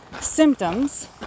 symptoms